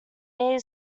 needed